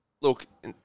Look